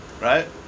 Right